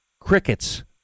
Crickets